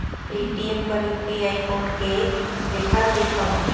Paytm पर UPI code के लेखा देखम?